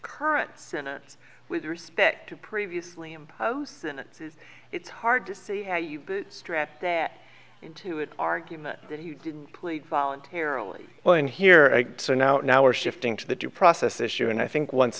current sentence with respect to previously imposed it's hard to see how you strap that into it argument that he didn't plead voluntarily well in here so now now we're shifting to the due process issue and i think once